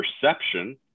perception